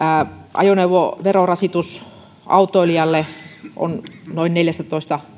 ajoneuvoverorasitus autoilijalle on noin neljätoista